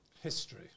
History